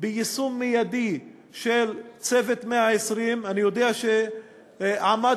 ביישום מיידי של "צוות 120". אני יודע שעמד